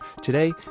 Today